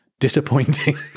disappointing